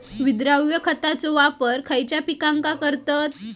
विद्राव्य खताचो वापर खयच्या पिकांका करतत?